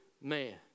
man